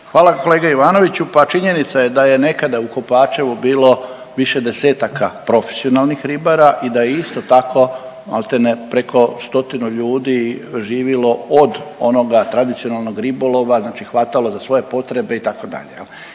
Hvala kolega Ivanoviću. Pa činjenica je da je nekada u Kopačevu bilo više desetaka profesionalnih ribara i da je isto tako, maltene preko stotinu ljudi živilo od onoga tradicionalnog ribolova, znači hvatalo je za svoje potrebe, itd.